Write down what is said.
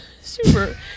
super